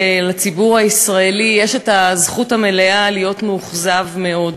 לציבור הישראלי יש הזכות המלאה להיות מאוכזב מאוד.